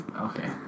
Okay